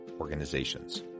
Organizations